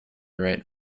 right